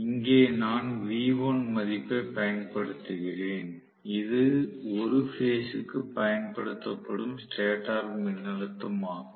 இங்கே நான் V1 மதிப்பைப் பயன்படுத்துகிறேன் இது ஒரு பேஸ் க்கு பயன்படுத்தப்படும் ஸ்டேட்டர் மின்னழுத்தமாகும்